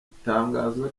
itangazwa